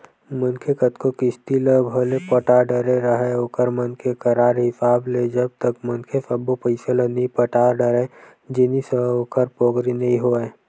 मनखे कतको किस्ती ल भले पटा डरे राहय ओखर मन के करार हिसाब ले जब तक मनखे सब्बो पइसा ल नइ पटा डरय जिनिस ह ओखर पोगरी नइ होवय